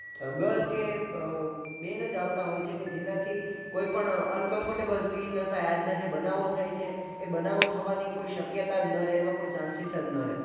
girl કે બેન જ આવતા હોય છે કે જેનાથી કોઈ પણ અનફોર્મફોર્ટટેબલ ફીલ ન થાય આજના જે બનાવો થાય છે એ બનાવો થવાની કોઈ શક્યતા જ ન રે એવા કોઈ ચાન્સીસ ન રહે